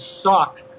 suck